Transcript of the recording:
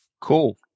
Cool